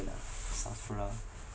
ah SAFRA